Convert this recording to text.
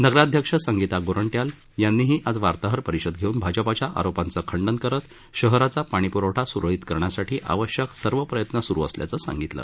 नगराध्यक्ष संगीता गोरंट्याल यांनीही आज वार्ताहर परिषद घेवून भाजपाच्या आरोपांच खंडन करत शहराचा पाणीप्रवठा सुरळीत करण्यासाठी आवश्यक सर्व प्रयत्न स्रू असल्याचं सांगितलं